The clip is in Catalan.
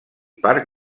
parc